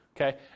Okay